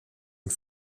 und